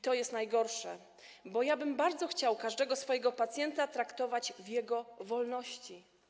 To jest najgorsze, bo bardzo chciałbym każdego swojego pacjenta traktować w jego wolności.